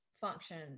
function